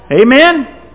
Amen